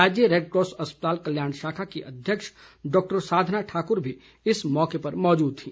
राज्य रैडक्रॉस अस्पताल कल्याण शाखा की अध्यक्ष डॉक्टर साधना ठाकुर भी इस मौके पर मौजूद थी